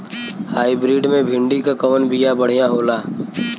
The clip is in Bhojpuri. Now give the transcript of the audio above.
हाइब्रिड मे भिंडी क कवन बिया बढ़ियां होला?